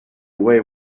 away